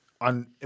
on